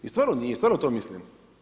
I stvarno nije, stvarno to mislim.